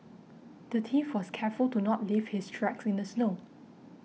the thief was careful to not leave his tracks in the snow